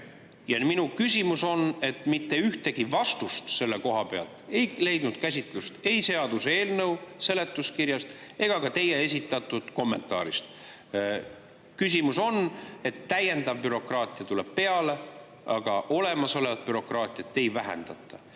minu küsimus on, et mitte ühtegi [märki] sellest ei leidu ei seaduseelnõu seletuskirjas ega leidunud ka teie esitatud kommentaaris. Küsimus on, et täiendav bürokraatia tuleb peale, aga olemasolevat bürokraatiat ei vähendata.